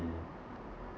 be